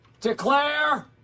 declare